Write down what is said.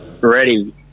Ready